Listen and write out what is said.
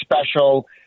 special